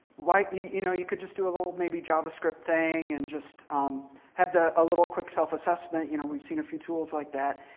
like you you know you could just do a little maybe javascript thing and just um have a little quick self assessment. you know we've seen a few tools like that.